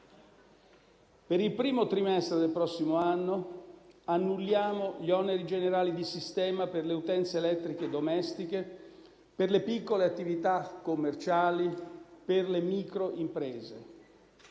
Per il primo trimestre del prossimo anno annulliamo gli oneri generali di sistema per le utenze elettriche domestiche, per le piccole attività commerciali, per le microimprese.